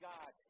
God